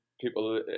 people